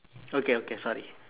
okay okay sorry